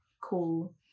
Cool